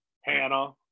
Hannah